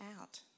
out